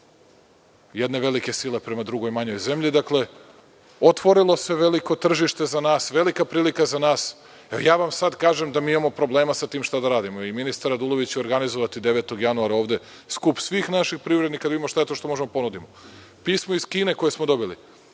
jedne velike sile, prema drugoj manjoj zemlji. Otvorilo se veliko tržište za nas, velika prilika za nas, i sada vam kažem da imamo problema šta sa tim da radimo. Ministar Radulović će ovde organizovati 9. januara skup svih naših privrednika da vidimo šta je to što možemo da ponudimo. Pismo iz Kine koje smo dobili